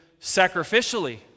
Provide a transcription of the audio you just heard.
sacrificially